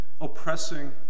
oppressing